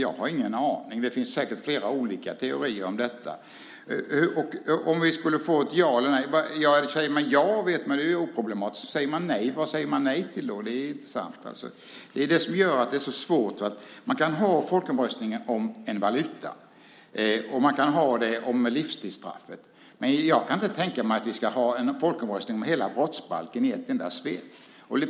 Jag har ingen aning. Det finns säkert flera olika teorier om det. Om vi skulle få ett ja är det oproblematiskt, men om man säger nej undrar jag: Vad säger man då nej till? Det vore intressant att veta. Det är det som gör det så svårt. Man kan ha folkomröstning om en valuta, och man kan ha det om livstidsstraffet, men jag kan inte tänka mig att vi skulle ha en folkomröstning om hela brottsbalken i ett enda svep.